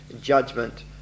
judgment